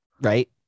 Right